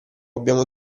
abbiamo